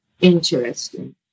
interesting